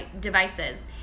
devices